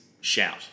Shout